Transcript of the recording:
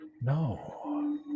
No